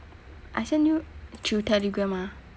I send you through telegram ah